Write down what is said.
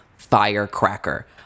firecracker